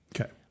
Okay